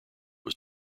was